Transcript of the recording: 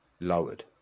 lowered